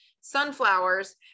sunflowers